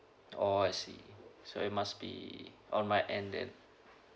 oh I see so it must be on my end then